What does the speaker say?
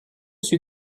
suis